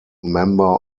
member